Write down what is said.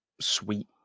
sweet